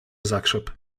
zakrzep